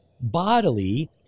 bodily